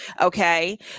okay